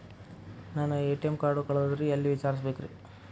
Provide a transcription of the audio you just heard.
ನನ್ನ ATM card ಕಳದದ್ರಿ ಎಲ್ಲಿ ವಿಚಾರಿಸ್ಬೇಕ್ರಿ?